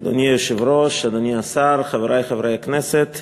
אדוני היושב-ראש, אדוני השר, חברי חברי הכנסת,